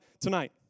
tonight